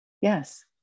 Yes